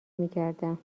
میکردم